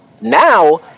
Now